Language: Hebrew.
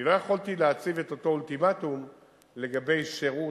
אני לא יכולתי להציב את אותו אולטימטום לגבי שירות,